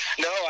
No